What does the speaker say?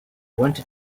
wanted